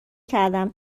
کردم